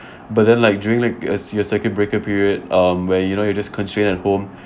but then like during like uh your circuit breaker period um where you know you're just constrained at home